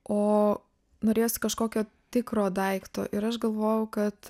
o norėjosi kažkokio tikro daikto ir aš galvojau kad